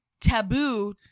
taboo